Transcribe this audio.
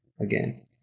again